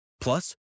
Plus